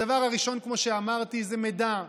הדבר הראשון, כמו שאמרתי, זה מידע.